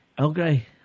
Okay